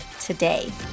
today